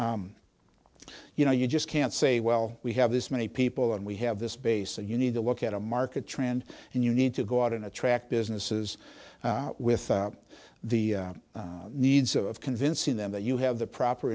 you know you just can't say well we have this many people and we have this base and you need to look at a market trend and you need to go out and attract businesses with the needs of convincing them that you have the proper